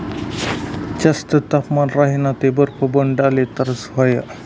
जास्त तापमान राह्यनं ते बरफ बनाडाले तरास व्हस